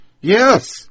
Yes